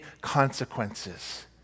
consequences